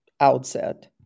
outset